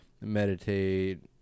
meditate